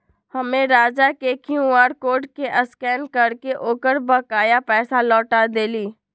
हम्मे राजा के क्यू आर कोड के स्कैन करके ओकर बकाया पैसा लौटा देली